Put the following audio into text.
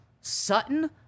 Sutton